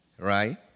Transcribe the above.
Right